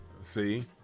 See